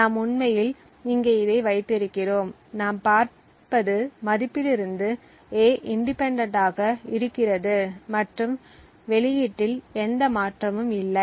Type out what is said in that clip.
நாம் உண்மையில் இங்கே இதை வைத்திருக்கிறோம் நாம் பார்ப்பது மதிப்பிலிருந்து A இண்டிபெண்டெண்ட் ஆக இருக்கிறது மற்றும் வெளியீட்டில் எந்த மாற்றமும் இல்லை